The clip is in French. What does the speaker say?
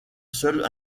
seule